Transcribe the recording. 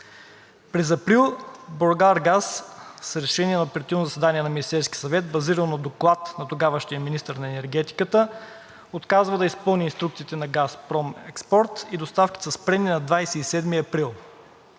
През април „Булгаргаз“ с решение на оперативно заседание на Министерския съвет, базирано на доклад на тогавашния министър на енергетиката, отказва да изпълни инструкциите на „Газпром Експорт“ и доставките са спрени на 27 април.